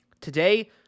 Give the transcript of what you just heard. Today